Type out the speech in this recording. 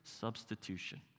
substitution